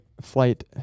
Flight